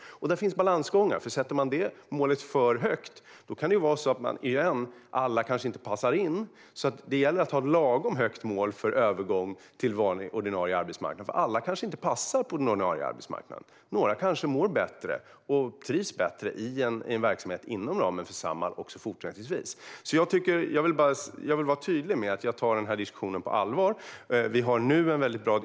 Där finns det en balansgång, för sätter man det målet för högt kan det ju vara så - återigen - att alla kanske inte passar in. Det gäller därför att ha ett lagom högt mål för övergång till ordinarie arbetsmarknad. Alla kanske nämligen inte passar på den ordinarie arbetsmarknaden, utan några kanske mår bättre och trivs bättre i en verksamhet inom ramen för Samhall också fortsättningsvis. Jag vill alltså vara tydlig med att jag tar denna diskussion på allvar.